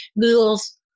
Google's